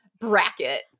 bracket